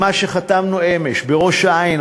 עם מה שחתמנו אמש בראש-העין,